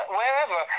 wherever